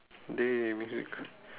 dey music